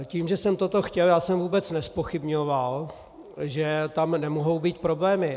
Tím, že jsem toto chtěl, jsem vůbec nezpochybňoval, že tam nemohou být problémy.